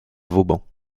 vauban